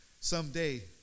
someday